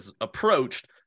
approached